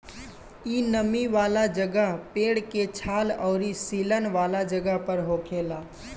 इ नमी वाला जगह, पेड़ के छाल अउरी सीलन वाला जगह पर होखेला